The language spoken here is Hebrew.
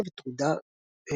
משה וטרודה דותן,